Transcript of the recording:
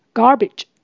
garbage